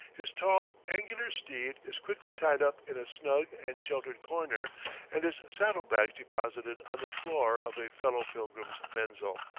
his tall, angular steed is quickly tied up in a snug and sheltered corner and his saddle-bags deposited on the floor of a fellow-pilgrim's menzil.